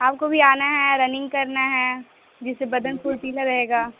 آپ کو بھی آنا ہے رننگ کرنا ہے جسے بدن پھرتیلا رہے گا